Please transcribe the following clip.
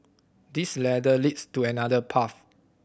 this ladder leads to another path